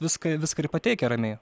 viską viską ir pateikia ramiai